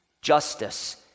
justice